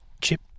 chip